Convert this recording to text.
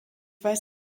weiß